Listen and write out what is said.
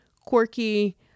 quirky